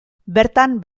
bertan